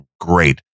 great